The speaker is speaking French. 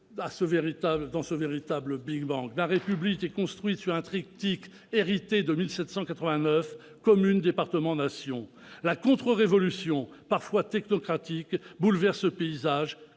dans ce véritable big bang. La République s'est construite sur un triptyque hérité de 1789 : commune, département, Nation. La contre-révolution, parfois technocratique, bouleverse ce paysage